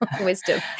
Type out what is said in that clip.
wisdom